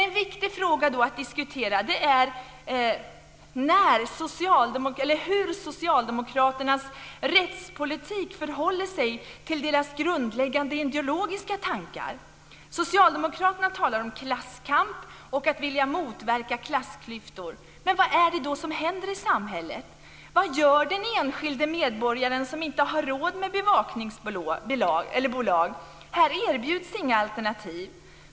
En viktig fråga att diskutera är hur Socialdemokraternas rättspolitik förhåller sig till deras grundläggande ideologiska tankar. Socialdemokraterna talar om klasskamp och om att vilja motverka klassklyftor. Men vad är det då som händer i samhället? Vad gör den enskilde medborgaren som inte har råd att anlita ett bevakningsbolag? Här erbjuds inga alternativ.